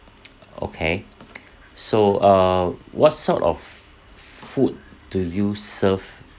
okay so err what sort of f~ food do you serve